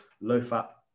low-fat